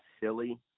silly